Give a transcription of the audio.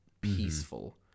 peaceful